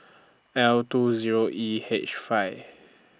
L two Zero E H five